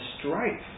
strife